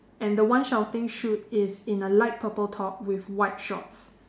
and the one shouting shoot is in a light purple top with white shorts